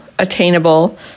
attainable